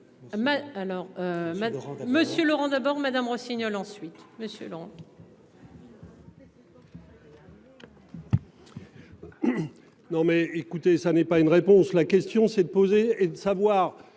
Monsieur Laurent. D'abord Madame Rossignol ensuite